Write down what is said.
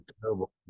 terrible